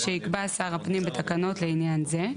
הכוללת בקשה להפעלת הסמכות בהתאם להוראות שיקבע שר הפנים לעניין זה,